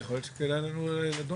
יכול להיות שכדאי לנו לדון בזה.